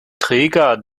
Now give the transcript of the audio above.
träger